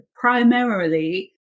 primarily